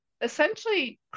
essentially